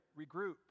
regroup